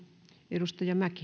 arvoisa